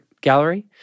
gallery